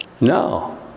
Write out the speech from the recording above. No